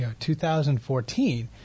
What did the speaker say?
2014